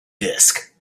disk